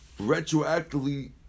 retroactively